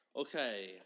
Okay